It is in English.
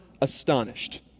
astonished